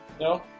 no